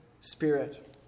spirit